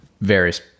various